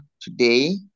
today